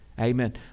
Amen